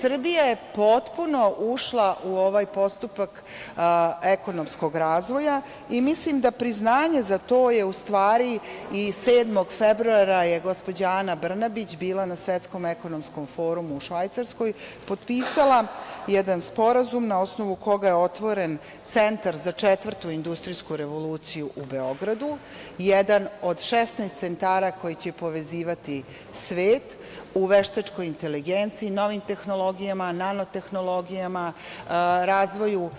Srbija je potpuno ušla u ovaj postupak ekonomskog razvoja i mislim da je priznanje za to i 7. februara je gospođa Ana Brnabić bila na Svetskom ekonomskom forumu u Švajcarskoj, potpisala jedan sporazum na osnovu koga je otvoren centar za četvrtu industrijsku revoluciju u Beogradu, jedan od 16 centara koji će povezivati svet u veštačkoj inteligenciji, novim tehnologijama, nano tehnologijama, razvoju